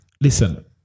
listen